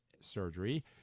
surgery